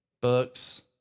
Books